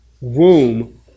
womb